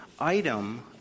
item